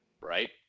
Right